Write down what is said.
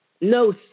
no